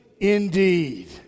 indeed